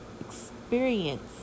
experience